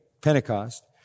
Pentecost